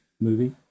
movie